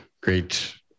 great